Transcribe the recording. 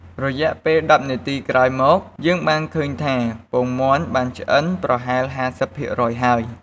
រយៈពេល១០នាទីក្រោយមក យើងបានឃើញថាពងមាន់បានឆ្អិនប្រហែល៥០ភាគរយហើយ។